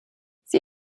sie